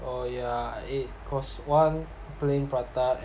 oh yeah it costs one plain prata